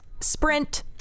Sprint